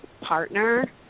partner